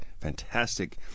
fantastic